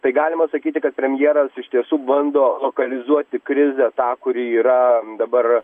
tai galima sakyti kad premjeras iš tiesų bando lokalizuoti krizę tą kuri yra dabar